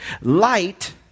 Light